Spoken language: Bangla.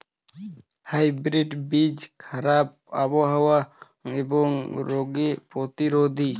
হাইব্রিড বীজ খারাপ আবহাওয়া এবং রোগে প্রতিরোধী